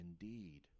indeed